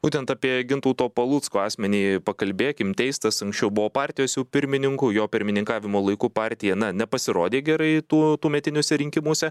būtent apie gintauto palucko asmenį pakalbėkim teistas anksčiau buvo partijos jau pirmininku jo pirmininkavimo laiku partija na nepasirodė gerai tuo tuometiniuose rinkimuose